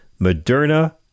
Moderna